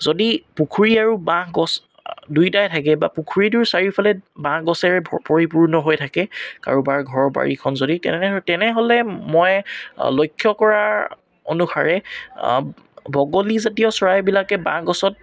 যদি পুখুৰী আৰু বাঁহ গছ দুয়োটাই থাকে বা পুখুৰীটোৰ চাৰিওফালে বাঁহ গছেৰে পৰিপূৰ্ণ হৈ থাকে কাৰোবাৰ ঘৰৰ বাৰীখন যদি তেনে তেনেহ'লে মই লক্ষ্য কৰাৰ অনুসাৰে বগলীজাতীয় চৰাইবিলাকে বাঁহ গছত